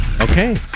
Okay